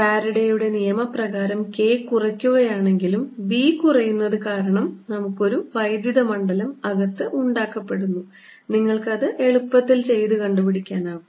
ഫാരഡെയുടെ നിയമപ്രകാരം K കുറയ്ക്കുകയാണെങ്കിലും B കുറയുന്നതു കാരണം നമുക്ക് ഒരു വൈദ്യുത മണ്ഡലം അകത്ത് ഉണ്ടാക്കപ്പെടുന്നു നിങ്ങൾക്ക് അത് എളുപ്പത്തിൽ ചെയ്തു കണ്ടുപിടിക്കാൻ കഴിയും